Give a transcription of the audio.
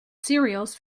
cereals